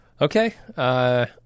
Okay